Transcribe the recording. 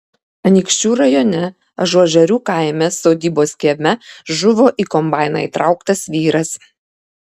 anykščių rajone ažuožerių kaime sodybos kieme žuvo į kombainą įtrauktas vyras